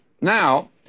Now